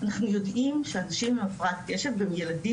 אנחנו יודעים שאנשים עם הפרעת קשב וילדים